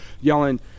Yelling